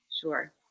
Sure